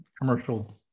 commercial